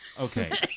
Okay